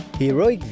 Heroic